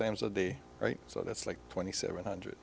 times a day right so that's like twenty seven hundred